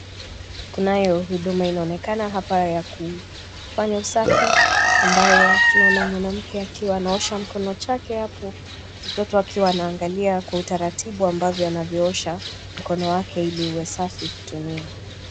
Kunayo huduma inaonekana hapa ya kufanya usafi ambayo tunaona mwanamke akiwa anaosha mkono chake hapo, mtoto akiwa anaangalia kwa utaratibu ambavyo anavyoosha mkono wake ili uwe safi kutumia.